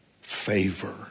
favor